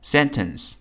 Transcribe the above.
Sentence